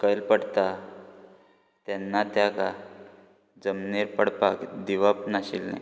सकयल पडता तेन्ना त्या तेका जमनीर पडपाक दिवप नाशिल्लें